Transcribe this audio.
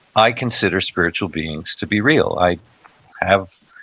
i consider spiritual beings to be real. i have,